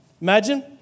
Imagine